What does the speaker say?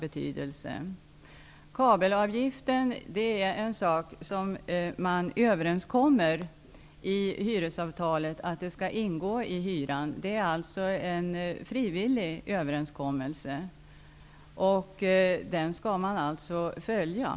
Att kabelavgiften skall ingå i hyran träffar man överenskommelse om när hyresavtal skrivs. Överenskommelsen är alltså frivillig och skall följaktligen följas.